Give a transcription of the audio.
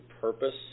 purpose